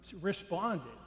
responded